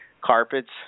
carpets